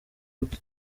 ubwe